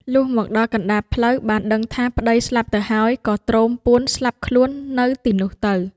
លុះមកដល់កណ្ដាលផ្លូវ បានដឹងថាប្ដីស្លាប់ទៅហើយ ក៏ទ្រោមពួនស្លាប់ខ្លួននៅទីនោះទៅ។